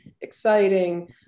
exciting